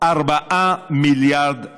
4 מיליארד שקלים.